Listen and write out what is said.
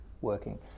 working